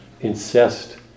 incest